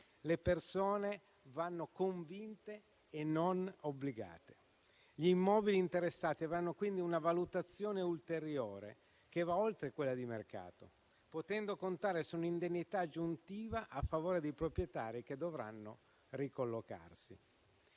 le persone vanno convinte e non obbligate. Gli immobili interessati avranno quindi una valutazione ulteriore, che va oltre quella di mercato, potendo contare su un'indennità aggiuntiva a favore dei proprietari che dovranno ricollocarsi.